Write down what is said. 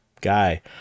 guy